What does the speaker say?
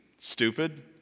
stupid